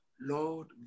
Lord